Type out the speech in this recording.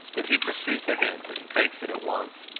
that he perceives a hint, and takes it at once.